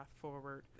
forward